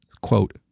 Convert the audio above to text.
quote